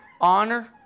honor